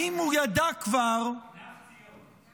הוא כבר ידע -- כנף ציון.